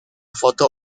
foto